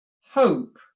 hope